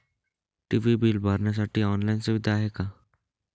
TV bill भरण्यासाठी online सुविधा आहे का?